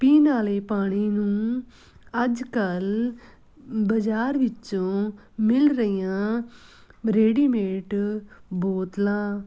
ਪੀਣ ਵਾਲੇ ਪਾਣੀ ਨੂੰ ਅੱਜ ਕੱਲ੍ਹ ਬਾਜ਼ਾਰ ਵਿੱਚੋਂ ਮਿਲ ਰਹੀਆਂ ਰੇਡੀਮੇਟ ਬੋਤਲਾਂ